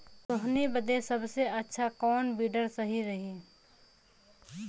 सोहनी बदे सबसे अच्छा कौन वीडर सही रही?